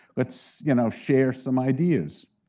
let's you know share some ideas.